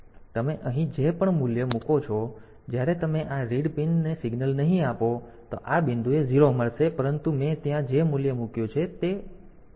તેથી તમે અહીં જે પણ મૂલ્ય મૂકો છો તેથી જ્યારે તમે આ રીડ પિન સિગ્નલ અહીં આપો તો તમને આ બિંદુએ 0 મળશે પરંતુ મેં ત્યાં જે મૂલ્ય મૂક્યું છે તે 1 છે